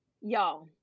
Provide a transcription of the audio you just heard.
y'all